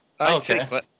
Okay